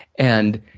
and,